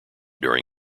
during